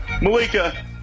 Malika